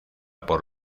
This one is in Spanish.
por